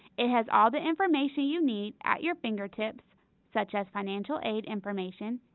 it has all the information you need at your fingertips such as financial aid information,